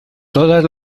todas